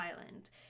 Island